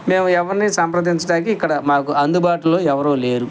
మేము ఎవ్వరినీ సంప్రదించడానికి ఇక్కడ మాకు అందుబాటులో ఎవరూ లేరు